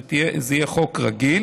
זה יהיה חוק רגיל